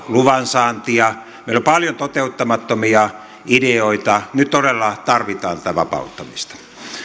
luvansaantia meillä on paljon toteuttamattomia ideoita nyt todella tarvitaan tätä vapauttamista